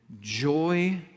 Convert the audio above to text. joy